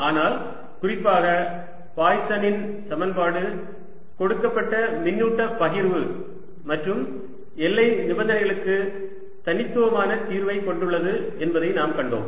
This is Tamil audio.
ஆனால் குறிப்பாக பாய்சனின் சமன்பாடு கொடுக்கப்பட்ட மின்னூட்ட பகிர்வு மற்றும் எல்லை நிபந்தனைக்கு தனித்துவமான தீர்வைக் கொண்டுள்ளது என்பதை நாம் கண்டோம்